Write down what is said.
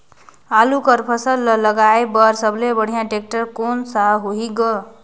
आलू कर फसल ल लगाय बर सबले बढ़िया टेक्टर कोन सा होही ग?